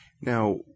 Now